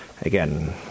Again